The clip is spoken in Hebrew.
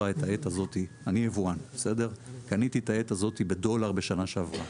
אני יבואן, קניתי את העט הזאת בדולר בשנה שעברה,